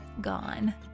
gone